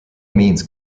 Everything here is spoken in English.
means